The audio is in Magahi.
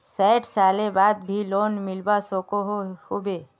सैट सालेर बाद भी लोन मिलवा सकोहो होबे?